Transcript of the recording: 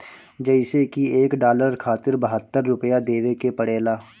जइसे की एक डालर खातिर बहत्तर रूपया देवे के पड़ेला